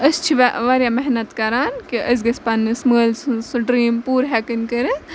أسۍ چھِ واریاہ محنت کَران کہِ أسۍ گٔژھۍ پنٛنِس مٲلۍ سٕنٛز سُہ ڈرٛیٖم پوٗرٕ ہٮ۪کٕنۍ کٔرِتھ